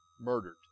murdered